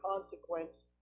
consequence